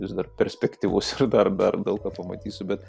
vis dar perspektyvus ir dar dar daug ką pamatysiu bet